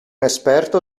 esperto